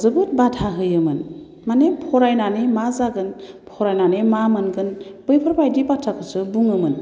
जोबोद बाधा होयोमोन माने फरायनानै मा जागोन फरायनानै मा मोनगोन बैफोरबायदि बाथ्राखौसो बुङोमोन